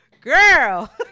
Girl